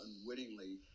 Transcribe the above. unwittingly